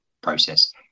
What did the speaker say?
process